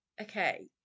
okay